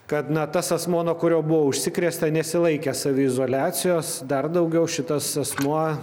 kad na tas asmuo nuo kurio buvo užsikrėsta nesilaikė saviizoliacijos dar daugiau šitas asmuo